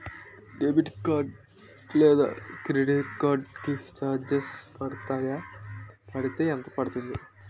Debit card లేదా credit card కి charges పడతాయా? పడితే ఎంత పడుతుంది?